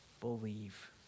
believe